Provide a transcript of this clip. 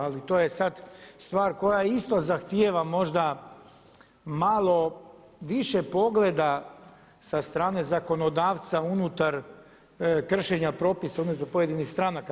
Ali to je sad stvar koja isto zahtjeva možda malo više pogleda sa strane zakonodavca unutar kršenja propisa između pojedinih stranaka.